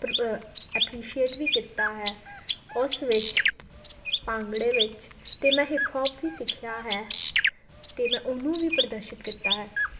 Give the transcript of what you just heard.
ਪਰ ਐਪਰੀਸ਼ੀਏਟ ਵੀ ਕੀਤਾ ਹੈ ਉਸ ਵਿੱਚ ਭੰਗੜੇ ਵਿੱਚ ਅਤੇ ਮੈਂ ਹਿਪ ਹੋਪ ਵੀ ਸਿੱਖਿਆ ਹੈ ਅਤੇ ਮੈਂ ਉਹਨੂੰ ਵੀ ਪ੍ਰਦਰਸ਼ਿਤ ਕੀਤਾ ਹੈ